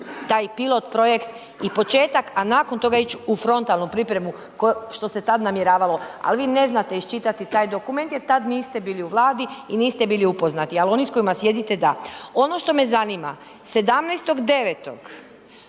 taj pilot projekt i početak, a nakon toga ići u frontalnu pripremu što se tada namjeravalo. Ali vi ne znate iščitati taj dokument jel tad niste bili u Vladi i niste bili upoznati, ali oni s kojima sjedite da. Ono što me zanima 17.9.